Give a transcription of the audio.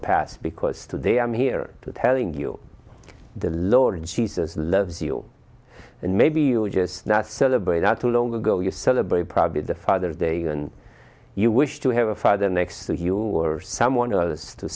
past because today i'm here telling you the lord jesus loves you and maybe you're just not celebrate not too long ago you celebrate probably the father's day and you wish to have a father next to you or someone else to